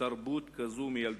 תרבות כזאת מילדותם,